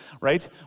right